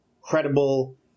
credible